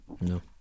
no